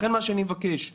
לכן מה שאני מבקש,